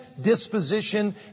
disposition